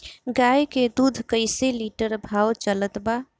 गाय के दूध कइसे लिटर भाव चलत बा?